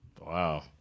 Wow